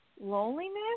loneliness